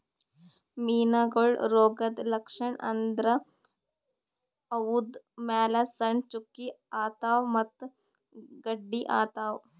ಮೀನಾಗೋಳ್ ರೋಗದ್ ಲಕ್ಷಣ್ ಅಂದ್ರ ಅವುದ್ರ್ ಮ್ಯಾಲ್ ಸಣ್ಣ್ ಚುಕ್ಕಿ ಆತವ್ ಮತ್ತ್ ಗಡ್ಡಿ ಆತವ್